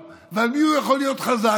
ועל מי הוא יכול להיות חזק?